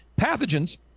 pathogens